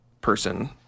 person